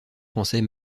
français